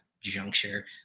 juncture